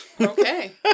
Okay